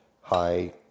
high